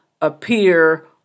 appear